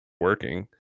working